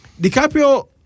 DiCaprio